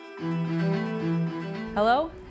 Hello